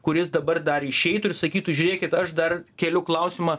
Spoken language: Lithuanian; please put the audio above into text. kuris dabar dar išeitų ir sakytų žiūrėkit aš dar keliu klausimą